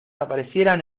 aparecieran